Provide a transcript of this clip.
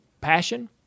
passion